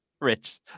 Rich